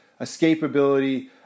escapability